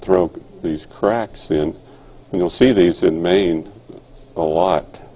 throw these cracks in and you'll see these in maine a lot